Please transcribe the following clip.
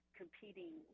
competing